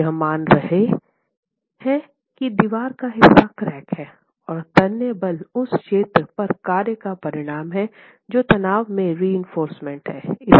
हम मान रहे हैं कि दीवार का हिस्सा क्रैक है और तन्य बल उस क्षेत्र पर कार्य का परिणाम हैं जो तनाव में रिइंफोर्समेन्ट है